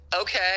Okay